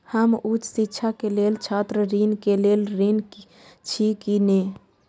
हम उच्च शिक्षा के लेल छात्र ऋण के लेल ऋण छी की ने?